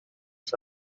oes